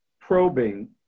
probing